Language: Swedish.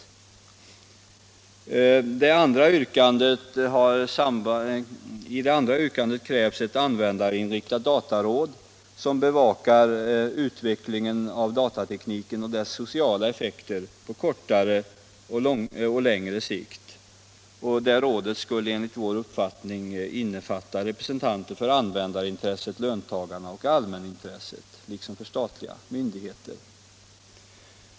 I det andra yrkandet krävs att ett användarinriktat dataråd inrättas som bevakar utvecklingen av datatekniken och dess sociala effekter på kortare och längre sikt. I det rådet skulle enligt vår uppfattning ingå representanter för användarintresset, löntagarna och det allmänna liksom representanter för statliga myndigheter.